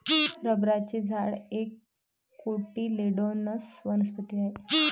रबराचे झाड एक कोटिलेडोनस वनस्पती आहे